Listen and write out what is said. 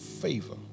favor